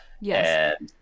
Yes